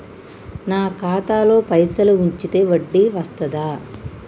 నాకు ఖాతాలో పైసలు ఉంచితే వడ్డీ వస్తదా?